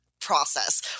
process